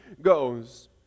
goes